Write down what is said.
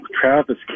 Travis